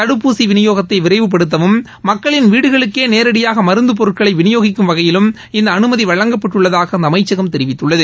தடுப்பூசி விநியோகத்தை விரைவுப்படுத்தவும் மக்களின் வீடுகளுக்கே நேரடியாக மருந்துப் பொருட்களை விநியோகிக்கும் வகையிலும் இந்த அனுமதி வழங்கப்பட்டுள்ளதாக அந்த அமைச்சகம் தெரிவித்துள்ளது